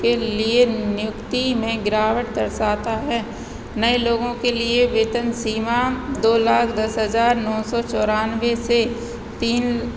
के लिए नियुक्ति में गिरावट दर्शाता है नए लोगों के लिए वेतन सीमा दो लाख दस हजार नौ सो चौरानवे से तीन